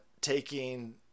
taking